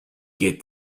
get